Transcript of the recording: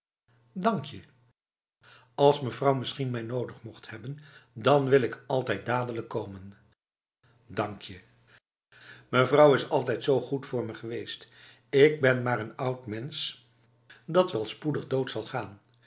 dank je als mevrouw misschien mij nodig mocht hebben dan wil ik altijd dadelijk komen dank je mevrouw is altijd zo goed geweest voor me ik ben maar een oud mens dat wel spoedig dood zal gaan